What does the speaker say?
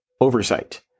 oversight